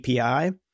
API